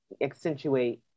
accentuate